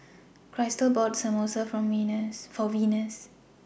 Krystle bought Samosa For Venus